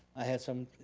i had some,